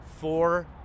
four